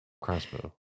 crossbow